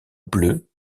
bleu